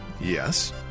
Yes